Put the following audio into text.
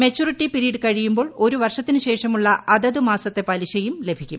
maturity period കഴിയുമ്പോൾ ഒരുവർഷത്തിന്ശേഷമുള്ള അതത് മാസത്തെ പലിശയും ലഭിക്കും